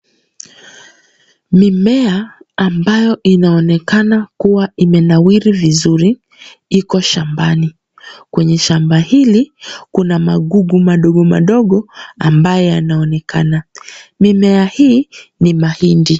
Mimea ambayo inaonekana kuwa imenawiri vizuri iko shambani. Kwenye shamba hili kuna magugu madogo madogo ambaye yanaonekana. Mimea hii ni mahindi.